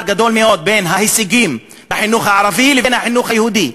הפער גדול מאוד בין ההישגים בחינוך הערבי לעומת ההישגים בחינוך היהודי,